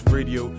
Radio